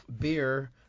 Beer